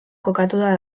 kokatua